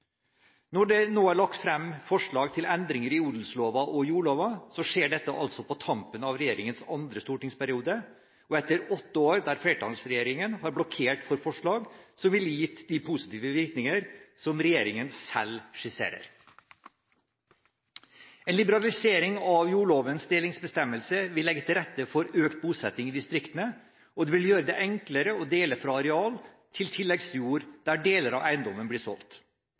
Når det nå er lagt frem forslag til endringer i odelsloven og jordloven, skjer dette altså på tampen av regjeringens andre stortingsperiode, og etter åtte år der flertallsregjeringen har blokkert for forslag som ville gitt de positive virkninger som regjeringen selv skisserer. En liberalisering av jordlovens delingsbestemmelse vil legge til rette for økt bosetting i distriktene, og det vil gjøre det enklere å dele fra areal til tilleggsjord der deler av eiendommen blir solgt.